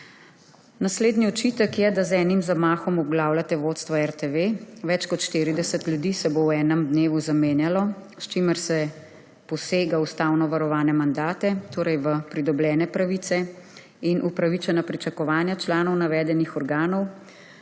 Naslednji očitek je, da z enim zamahom obglavljate vodstvo RTV. Več kot 40 ljudi se bo v enem dnevu zamenjalo, s čimer se posega v ustavno varovane mandate, torej v pridobljene pravice in upravičena pričakovanja članov navedenih organov,